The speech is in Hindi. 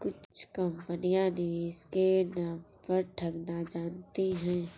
कुछ कंपनियां निवेश के नाम पर ठगना जानती हैं